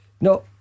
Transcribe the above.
no